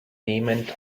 nehmend